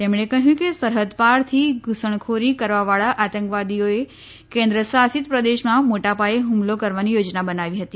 તેમણે કહ્યું કે સરહદ પારથી ધુસણખોરી કરવાવાળા આતંકવાદીઓએ કેન્દ્રશાસિત પ્રદેશમાં મોટા પાયે હુમલો કરવાની યોજનાં બનાવી હતી